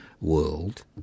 world